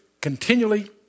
continually